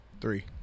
Three